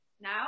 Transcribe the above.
now